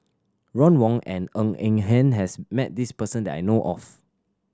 Ron Wong and Ng Eng Hen has met this person that I know of